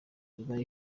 iba